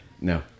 No